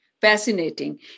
fascinating